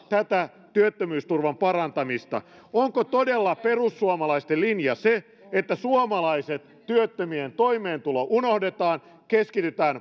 tätä työttömyysturvan parantamista onko todella perussuomalaisten linja se että suomalaiset työttömien toimeentulo unohdetaan ja keskitytään